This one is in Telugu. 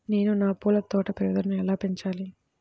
నేను నా పూల తోట పెరుగుదలను ఎలా పెంచాలి?